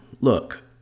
look